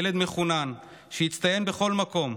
ילד מחונן שהצטיין בכל מקום.